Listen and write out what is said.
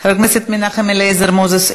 חבר הכנסת מנחם אליעזר מוזס,